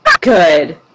Good